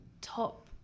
top